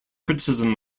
criticism